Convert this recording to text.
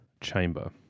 chamber